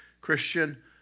Christian